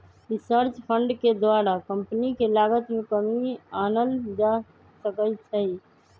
research fund के द्वारा company के लागत में कमी आनल जा सकइ छै